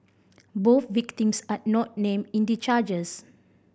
both victims are not named in the charges